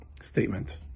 statement